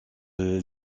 elle